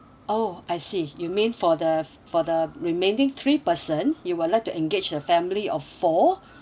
oh I see you mean for the for the remaining three person you would like to engage a family of four